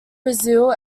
brazil